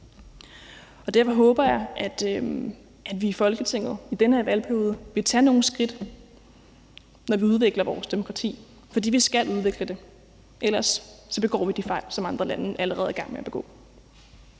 Og derfor håber jeg, at vi i Folketinget i den her valgperiode vil tage nogle skridt, når vi udvikler vores demokrati. For vi skal udvikle det, ellers begår vi de fejl, som andre lande allerede er i gang med at begå.